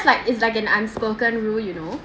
like is like an unspoken rule you know